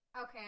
Okay